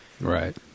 right